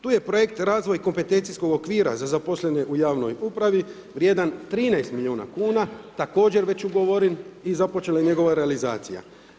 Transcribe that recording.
Tu je Projekt razvoj kompetencijskog okvira za zaposlene u javnoj upravi vrijedan 13 miliona kuna, također već ugovoren i započela je njegova realizacija.